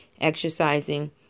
exercising